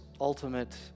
ultimate